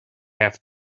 have